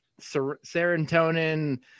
serotonin